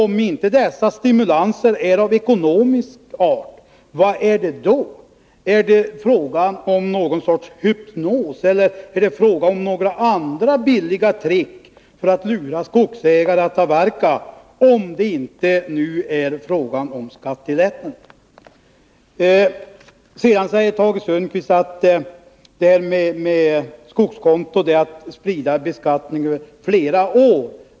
Om inte dessa stimulanser är av ekonomisk art, vad är de då? Är det fråga om någon sorts hypnos, eller är det fråga om några andra billiga trick för att lura skogsägare att avverka — om det nu inte är fråga om skattelättnader? Vidare säger Tage Sundkvist att det här med skogskontona innebär att man sprider beskattning över flera år.